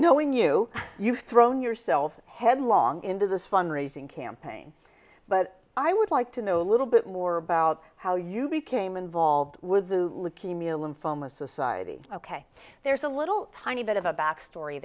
knowing you you thrown yourself headlong into this fund raising campaign but i i would like to know a little bit more about how you became involved with zucchini lymphoma society ok there's a little tiny bit of a back story